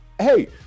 Hey